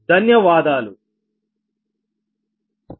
ధన్యవాదాలు తిరిగి మళ్ళీ కలుద్దాం